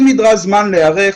אם נדרש זמן להיערך,